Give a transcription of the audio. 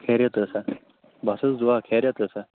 خیرِیت ٲسا بس حظ دُعا خیرِیت ٲسا